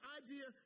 idea